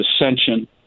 ascension